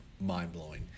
mind-blowing